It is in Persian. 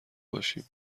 باشیم